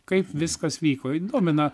kaip viskas vyko domina